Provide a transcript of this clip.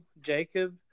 Jacob